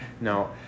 No